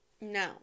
no